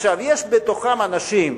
יש בתוכם אנשים שאמרו: